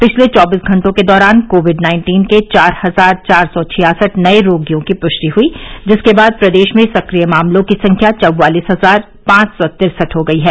पिछले चौबीस घंटों के दौरान कोविड नाइन्टीन के चार हजार चार सौ छियासठ नए रोगियों की पृष्टि हुई जिसके बाद प्रदेश में सक्रिय मामलों की संख्या चौवालीस हजार पांच सौ तिरसठ हो गयी है